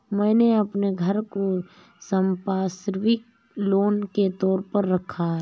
मैंने अपने घर को संपार्श्विक लोन के तौर पर रखा है